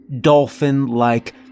dolphin-like